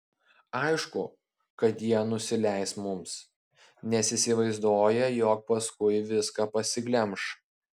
aišku kad jie nusileis mums nes įsivaizduoja jog paskui viską pasiglemš